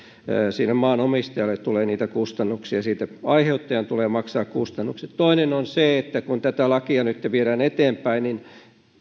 sille maanomistajalle tulee kustannuksia siitä aiheuttajan tulee maksaa kustannukset toinen asia on se että kun tätä lakia nytten viedään eteenpäin niin